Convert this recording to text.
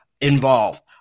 involved